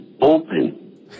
open